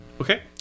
Okay